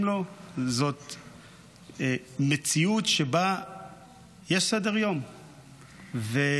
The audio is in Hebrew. לו הוא מציאות שבה יש סדר-יום וודאות,